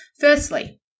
firstly